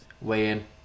weigh-in